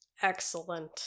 Excellent